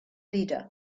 leader